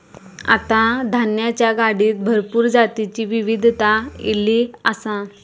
आता धान्याच्या गाडीत भरपूर जातीची विविधता ईली आसा